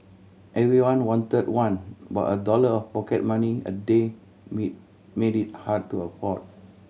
everyone wanted one but a dollar of pocket money a day made made it hard to afford